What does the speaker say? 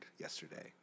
yesterday